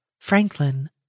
Franklin